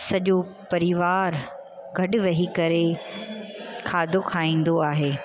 सॼो परिवारु गॾु वेही करे खाधो खाईंदो आहे